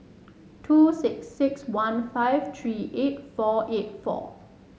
two six six one five three eight four eight four